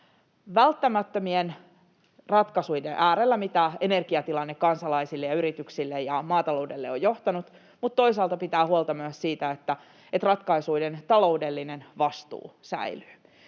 välttämättömien ratkaisuiden äärellä liittyen siihen, mitä energiatilanne kansalaisille ja yrityksille ja maataloudelle on aiheuttanut, mutta toisaalta pitää huolta myös siitä, että ratkaisuiden taloudellinen vastuu säilyy.